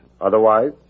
Otherwise